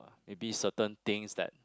maybe certain things that